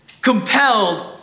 compelled